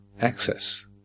access